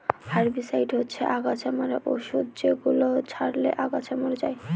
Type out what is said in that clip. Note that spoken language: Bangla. হার্বিসাইড হচ্ছে অগাছা মারার ঔষধ যেগুলো ছড়ালে আগাছা মরে যায়